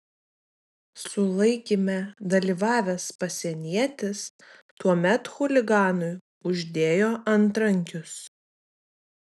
sulaikyme dalyvavęs pasienietis tuomet chuliganui uždėjo antrankius